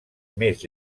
més